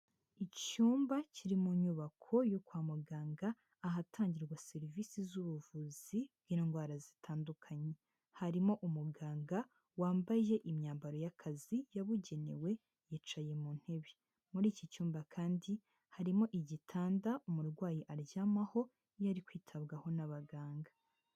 Icyumba kiri mu nyubako yo kwa muganga, ahatangirwa serivisi z'ubuvuzi bw'indwara zitandukanye. Harimo umuganga wambaye imyambaro y'akazi yabugenewe, yicaye mu ntebe. Muri iki cyumba kandi, harimo igitanda umurwayi aryamaho, iyo ari kwitabwaho n'abaganga.